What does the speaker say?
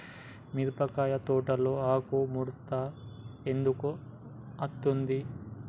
మిరపకాయ తోటలో ఆకు ముడత ఎందుకు అత్తది?